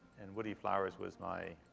and woodie flowers was my